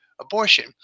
abortion